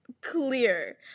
clear